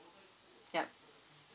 yup